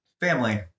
Family